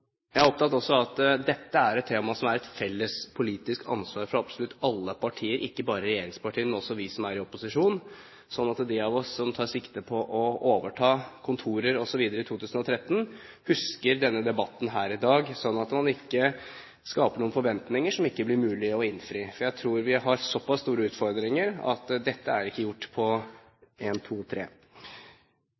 Jeg er også opptatt av at dette er et tema som er et felles politisk ansvar for absolutt alle partier, ikke bare for regjeringspartiene, men også for oss som er opposisjon. Så de av oss som tar sikte på å overta kontorer osv. i 2013, bør huske denne debatten her i dag, slik at man ikke skaper noen forventninger som ikke blir mulig å innfri. Jeg tror vi har så pass store utfordringer at dette ikke er gjort på en, to, tre.